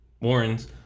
Warrens